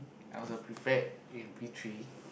I was a prefect in P three